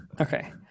okay